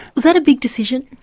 was that a big decision,